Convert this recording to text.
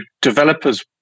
developers